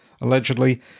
allegedly